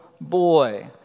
boy